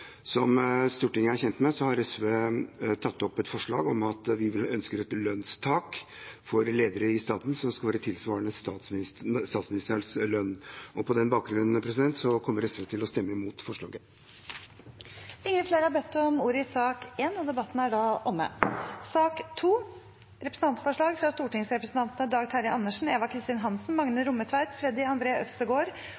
Som Stortinget er kjent med, har SV tatt opp et forslag om at vi ønsker et lønnstak for ledere i staten som skal være tilsvarende statsministerens lønn. På den bakgrunn kommer SV til å stemme imot forslaget. Flere har ikke bedt om ordet til sak nr. 1. La meg få lov til å starte med å ønske den nye statsråden velkommen til Stortinget. Han får en mulighet til å legge til rette for et godt samarbeid med Stortinget i